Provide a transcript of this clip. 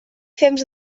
fems